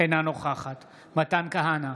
אינה נוכחת מתן כהנא,